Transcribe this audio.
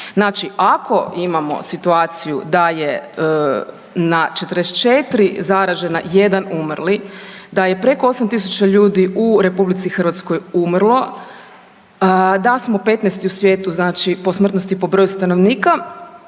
Znači ako imamo situaciju da je na 44 zaražena 1 umrli, da je preko 8000 ljudi u RH umrlo, da smo 15. u svijetu znači po smrtnosti po broju stanovnika,